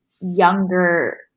younger